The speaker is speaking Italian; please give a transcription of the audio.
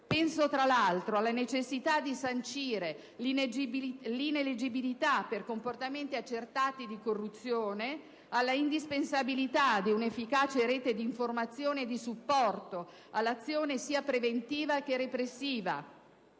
penso, tra l'altro, alla necessità di sancire l'ineleggibilità per comportamenti accertati di corruzione, alla indispensabilità di un'efficace rete di informazione e di supporto all'azione sia preventiva che repressiva,